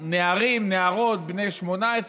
נערים ונערות בני 18,